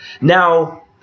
Now